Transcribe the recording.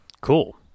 Cool